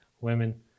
women